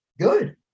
Good